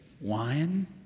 wine